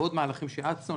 ועוד מהלכים שהאצנו,